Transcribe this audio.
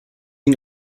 ihn